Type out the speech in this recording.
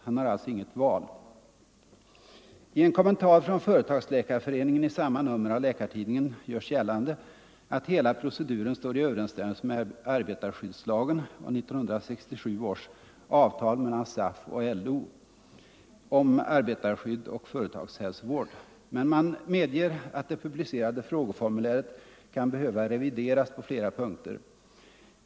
Han har alltså inget val.” I en kommentar från Företagsläkarföreningen i samma nummer av Läkartidningen görs gällande att hela proceduren står i överensstämmelse med arbetarskyddslagen och 1967 års avtal mellan SAF och LO om arbetarskydd och företagshälsovård. Men man medger att det publicerade frågeformuläret kan behöva revideras på flera punkter.